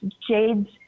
Jade's